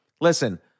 listen